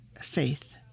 faith